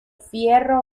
fierro